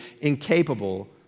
incapable